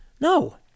No